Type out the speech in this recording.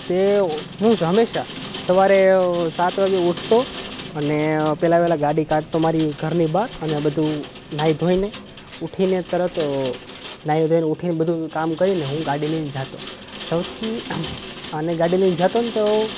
તે હું હંમેશા સવારે સાત વાગ્યે ઊઠતો અને પહેલાં વહેલાં ગાડી કાઢતો મારી ઘરની બહાર અને બધું નાહી ધોઈને ઉઠીને તરત નાહી ધોઈને ઉઠીને બધું કામ કરીને હું ગાડી લઈને જતો સૌથી અને ગાડી લઇને જતો ને તો